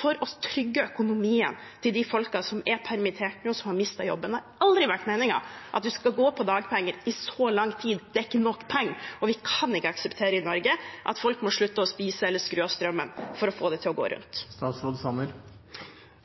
for å trygge økonomien til de folkene som er permittert, som har mistet jobben? Det har aldri vært meningen at man skal gå på dagpenger i så lang tid. Det er ikke nok penger, og vi kan ikke akseptere i Norge at folk må slutte å spise eller skru av strømmen for å få det til å gå rundt.